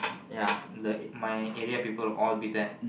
ya the my area people all be there